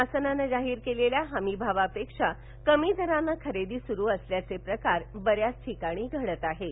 शासनानं जाहिर केलेल्या हमी भावापेक्षा कमी दरानं खरेदी सुरु असल्याचे प्रकार बऱ्याच ठिकाणी घडताहेत